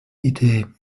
idee